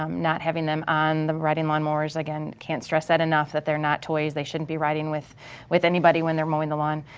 um not having them on the riding lawnmowers, again, can't stress that enough that they're not toys, they shouldn't be riding with with anybody when they're mowing the lawn